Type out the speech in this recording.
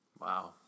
Wow